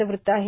चं वृत्त आहे